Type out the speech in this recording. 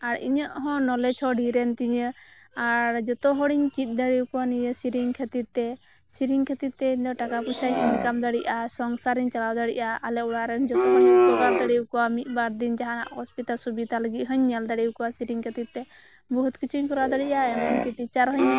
ᱟᱨ ᱤᱧᱟᱹᱜ ᱦᱚᱸ ᱱᱚᱞᱮᱡᱽ ᱦᱚᱸ ᱰᱷᱮᱨ ᱮᱱ ᱛᱤᱧᱟᱹ ᱟᱨ ᱡᱚᱛᱚ ᱦᱚᱲᱤᱧ ᱪᱮᱫ ᱫᱟᱲᱮᱣ ᱠᱚᱣᱟ ᱱᱤᱣᱟᱹ ᱥᱮᱨᱮᱧ ᱠᱷᱟᱛᱤᱨ ᱛᱮ ᱥᱮᱨᱮᱧ ᱠᱷᱟᱛᱤᱨ ᱛᱮ ᱤᱧ ᱫᱚ ᱴᱟᱠᱟ ᱯᱚᱭᱥᱟᱧᱤᱱᱠᱟᱢ ᱫᱟᱲᱮᱭᱟᱜᱼᱟ ᱥᱚᱝᱥᱟᱨᱤᱧ ᱪᱟᱞᱟᱣ ᱫᱟᱲᱮᱭᱟᱜᱼᱟ ᱟᱞᱮ ᱚᱲᱟᱜ ᱨᱮᱱ ᱡᱚᱛᱚ ᱦᱚᱲᱤᱧ ᱩᱯᱚᱠᱟᱨ ᱫᱟᱲᱮᱣ ᱠᱚᱣᱟ ᱢᱤᱜ ᱵᱟᱨ ᱫᱤᱱ ᱡᱟᱦᱟᱸᱱᱟᱜ ᱚᱥᱵᱤᱛᱟ ᱥᱩᱵᱤᱛᱟ ᱞᱟᱜᱤᱫ ᱦᱚᱸᱧ ᱧᱮᱞ ᱫᱟᱲᱮᱣ ᱠᱟᱣᱟ ᱥᱮᱨᱮᱧ ᱠᱷᱟᱛᱤᱨ ᱛᱮ ᱵᱚᱦᱩᱛ ᱠᱤᱪᱷᱩᱧ ᱠᱚᱨᱟᱣ ᱫᱟᱲᱮᱭᱟᱜᱼᱟ ᱮᱢᱚᱱ ᱠᱤ ᱴᱤᱪᱟ ᱦᱚᱸᱧ ᱵᱮᱱᱟᱣ ᱫᱟᱲᱮᱣᱟᱜᱼᱟ